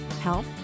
health